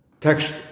text